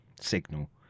signal